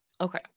Okay